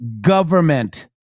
government